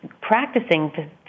practicing